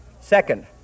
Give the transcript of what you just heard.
Second